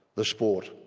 the sport,